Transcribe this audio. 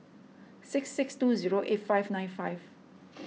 six six two zero eight five nine five